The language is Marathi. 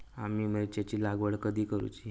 आम्ही मिरचेंची लागवड कधी करूची?